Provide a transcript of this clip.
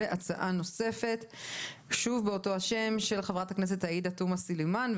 והצעה נוספת שוב באותו שם של חברת הכנסת עאידה תומא סלימאן.